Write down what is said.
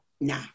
nah